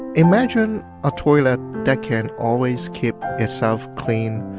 imagine a toilet that can always keep itself clean,